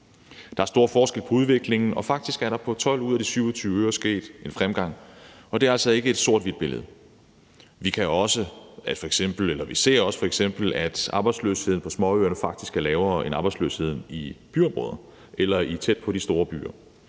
Der er stor forskel på udviklingen, og faktisk er der på 12 ud af de 27 øer sket en fremgang. Det er altså ikke et sort-hvidt billede. Vi ser f.eks. også, at arbejdsløsheden på småøerne faktisk er lavere end arbejdsløsheden i byområder eller tæt på de store byer.